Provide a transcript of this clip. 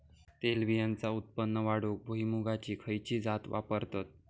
तेलबियांचा उत्पन्न वाढवूक भुईमूगाची खयची जात वापरतत?